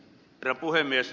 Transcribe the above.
herra puhemies